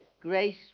Grace